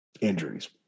Injuries